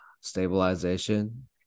stabilization